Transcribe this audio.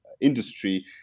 industry